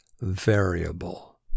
VARIABLE